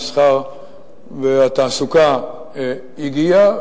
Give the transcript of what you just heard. המסחר והתעסוקה הגיע,